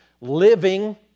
living